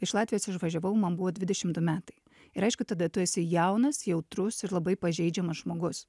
iš latvijos išvažiavau man buvo dvidešimt du metai ir aišku tada tu esi jaunas jautrus ir labai pažeidžiamas žmogus